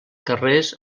carrers